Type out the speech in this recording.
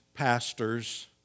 pastors